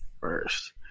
first